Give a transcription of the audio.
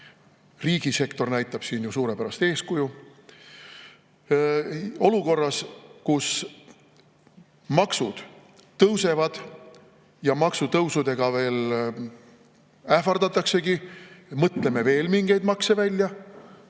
riigisektor näitab siin ju suurepärast eeskuju –, ja kus maksud tõusevad ja maksutõusudega ähvardatakse veel, mõtleme veel mingeid makse välja.